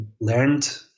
learned